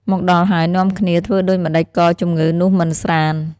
មកដល់ហើយ នាំគ្នាធ្វើដូចម្តេចក៏ជំងឺនោះមិនស្រាន្ត។